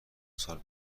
سال